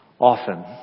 often